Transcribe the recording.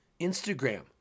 Instagram